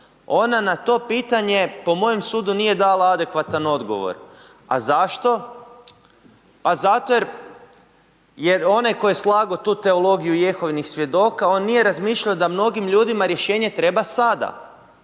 Ona na to pitanje po mojem sudu nije dala adekvatan odgovor, a zašto pa zato jer onaj tko je slago tu teologiju Jehovnih svjedoka on nije razmišljao da mnogim ljudima rješenje treba sada.